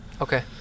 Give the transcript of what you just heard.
Okay